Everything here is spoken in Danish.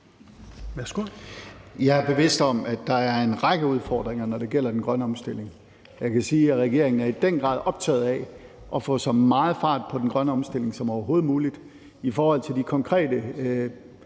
Jeg er bevidst om, at der er en række udfordringer, når det gælder den grønne omstilling, og jeg kan sige, at regeringen i den grad er optaget af at få så meget fart på den grønne omstilling som overhovedet muligt. I forhold til de konkrete